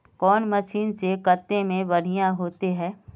कौन मशीन से कते में बढ़िया होते है?